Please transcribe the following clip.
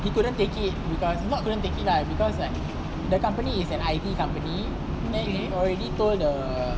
he couldn't take it because not couldn't take it lah because like the company is an I_T company then he already told the